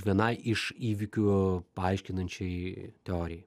vienai iš įvykių paaiškinančiai teorijai